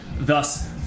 thus